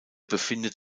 befindet